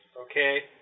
okay